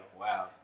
Wow